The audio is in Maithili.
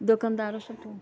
दोकनदारो सब तऽ